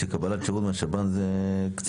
שקבלת שירות מהשב"ן זה קצת?